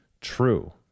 true